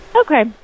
Okay